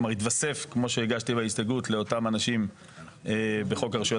כלומר יתווסף כמו שהגשתי בהסתייגות לאותם אנשים בחוק הרשויות